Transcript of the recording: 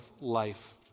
life